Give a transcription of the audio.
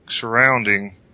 surrounding